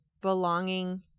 belonging